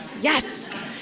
yes